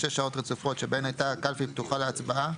שש שעות רצופות שבהן הייתה הקלפי פתוחה להצבעה,